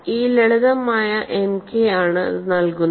ഈ ലളിതമായ M k ആണ് അത് നൽകുന്നത്